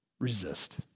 resist